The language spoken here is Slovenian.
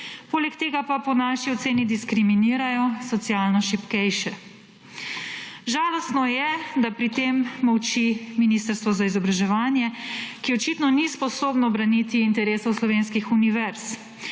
Poleg tega pa po naši oceni diskriminirajo socialno šibkejše. Žalostno je, da pri tem molči Ministrstvo za izobraževanje, ki očitno ni sposobno braniti interesov slovenskih univerz.